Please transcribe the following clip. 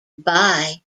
buy